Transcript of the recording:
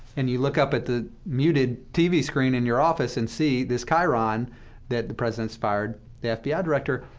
and you look up at the muted tv screen in your office and see this chyron that the president's fired the fbi director.